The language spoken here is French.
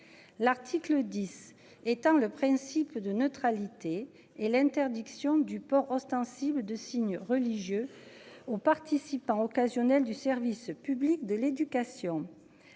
L'article 10 étant le principe de neutralité et l'interdiction du port ostensible de signes religieux aux participants occasionnels du service public de l'éducation.